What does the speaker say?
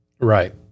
Right